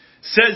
Says